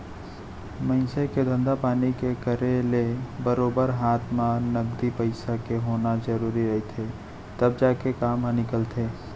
मनसे के धंधा पानी के करे ले बरोबर हात म नगदी पइसा के होना जरुरी रहिथे तब जाके काम ह निकलथे